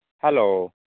hello